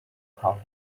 crowd